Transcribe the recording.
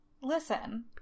listen